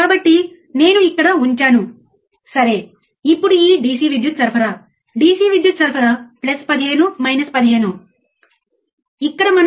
కాబట్టి ఇప్పుడు మనకు ఓసిల్లోస్కోప్స్ అనే మరో వ్యవస్థ అవసరం